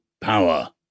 power